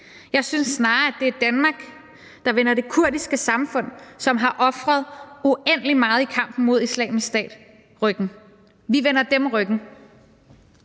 Jeg synes snarere, at det er Danmark, der vender det kurdiske samfund, som har ofret uendelig meget i kampen mod Islamisk Stat, ryggen. Vi vender dem ryggen.